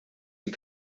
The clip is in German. die